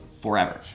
forever